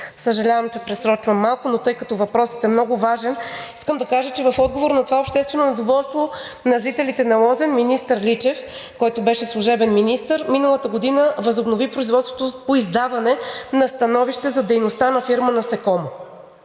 съжалявам, че просрочвам малко времето, но въпросът е много важен. Искам да кажа, че в отговор на това обществено недоволство на жителите на Лозен министър Личев, който беше служебен министър, миналата година възобнови производството по издаване на становище за дейността на фирма „Насекомо“.